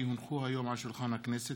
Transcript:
כי הונחו היום על שולחן הכנסת,